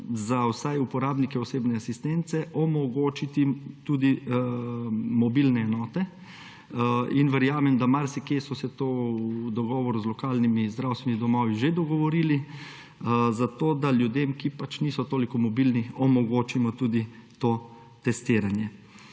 za vsaj uporabnike osebne asistence omogočiti tudi mobilne enote. In verjamem, da marsikje so se to v dogovoru z lokalnimi zdravstvenimi domovi že dogovorili, zato da ljudem, ki pač niso toliko mobilni, omogočimo tudi to testiranje.